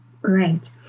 Great